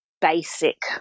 basic